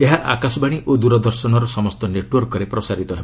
ଏହା ଆକାଶବାଣୀ ଓ ଦ୍ରଦର୍ଶନର ସମସ୍ତ ନେଟ୍ୱର୍କରେ ପ୍ରସାରିତ ହେବ